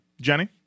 jenny